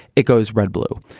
it goes red-blue.